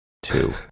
Two